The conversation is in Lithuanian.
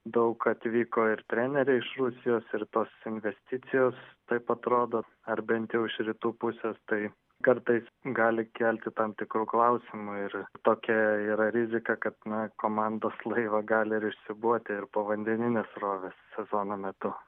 daug atvyko ir treneriai iš rusijos ir tos investicijos taip atrodo ar bent jau iš rytų pusės tai kartais gali kelti tam tikrų klausimų ir tokia yra rizika kad na komandos laivą gali ir išsiūbuoti ir povandeninės srovės sezono metu